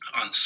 on